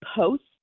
post